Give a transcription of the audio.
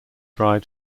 dried